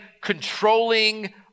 controlling